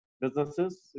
businesses